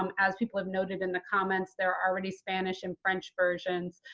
um as people have noted in the comments, there are already spanish and french versions.